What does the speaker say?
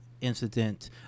incident